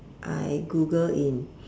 I google in